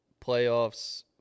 playoffs